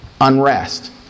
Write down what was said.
unrest